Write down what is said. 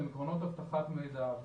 הם עקרונות אבטחת מידע.